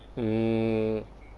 mm